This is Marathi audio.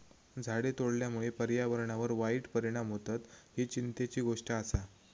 झाडे तोडल्यामुळे पर्यावरणावर वाईट परिणाम होतत, ही चिंतेची गोष्ट आसा